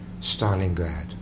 Stalingrad